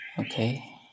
Okay